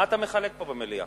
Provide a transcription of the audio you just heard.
מה אתה מחלק פה במליאה?